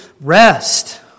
rest